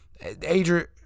Adrian